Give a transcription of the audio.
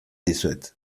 dizuet